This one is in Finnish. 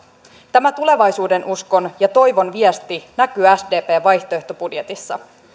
tämä tulevaisuudenuskon ja toivon viesti näkyy sdpn vaihtoehtobudjetissa